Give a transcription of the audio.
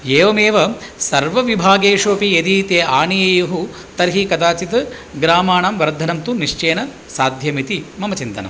एवमेव सर्व विभागेषु अपि यदि ते आनयेयुः तर्हि कदाचित् ग्रामाणां वर्धनं तु निश्चयेन साध्यमिति मम चिन्तनम्